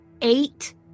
eight